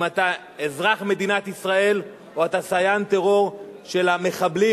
אם אתה אזרח מדינת ישראל או אתה סייען טרור של המחבלים.